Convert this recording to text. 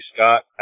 Scott